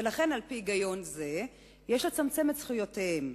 ולכן על-פי היגיון זה יש לצמצם את זכויותיהם.